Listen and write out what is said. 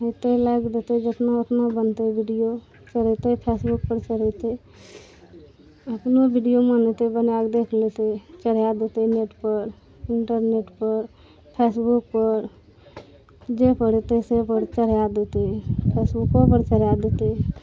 जेतै लाइक देतै जितना ओतना बनतै बीडियो चढ़ैतै फेसबुक पर चढ़ैतै अपनो वीडियो बनेतै बनाके देख लेतै चढ़ा देतै नेट पर इंटरनेट पर फेसबुक पर जे परतै से पर चढ़ा देतै फेसबुको पर चढ़ा देतै